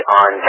on